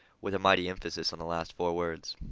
with a mighty emphasis on the last four words.